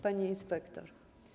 Pani Inspektor!